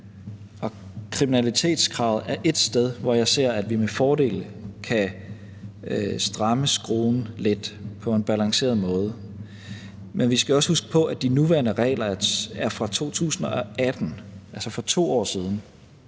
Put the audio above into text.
og kriminalitetskravet er et sted, hvor jeg ser at vi med fordel kan stramme skruen lidt på en balanceret måde. Men vi skal også huske på, at de nuværende regler er fra 2018, altså fra for 2 år siden.